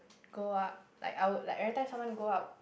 go up like I would like every time someone go up